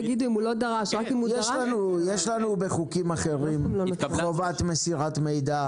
יש לנו בחוקים אחרים חובת מסירת מידע.